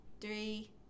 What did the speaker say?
Three